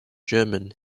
german